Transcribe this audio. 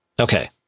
Okay